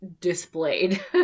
displayed